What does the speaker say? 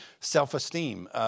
self-esteem